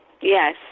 Yes